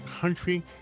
country